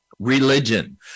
Religion